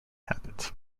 habit